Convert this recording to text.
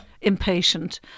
impatient